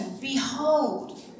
Behold